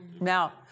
Now